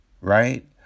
Right